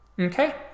Okay